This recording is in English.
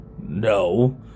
no